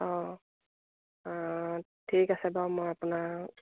অঁ ঠিক আছে বাৰু মই আপোনাক